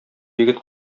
егет